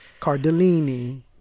Cardellini